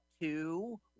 two